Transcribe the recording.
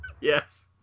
Yes